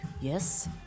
yes